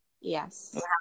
Yes